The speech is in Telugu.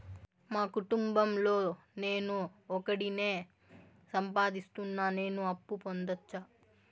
మా కుటుంబం లో నేను ఒకడినే సంపాదిస్తున్నా నేను అప్పు పొందొచ్చా